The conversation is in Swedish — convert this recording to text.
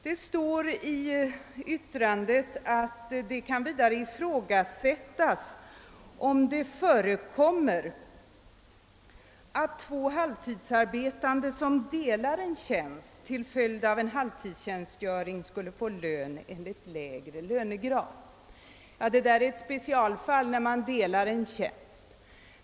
Det sägs i yttrandet: >Det kan vidare ifrågasättas om det förekommer att två halvtidsarbetande, som delar en tjänst, till följd av sin halvtidstjänstgöring skulle få lön enligt lägre lönegrad ———>» Det är ett specialfall när man delar en tjänst.